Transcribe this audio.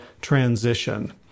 Transition